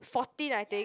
fourteen I think